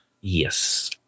Yes